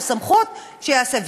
יש לו סמכות, שיעשה.